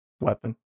weapon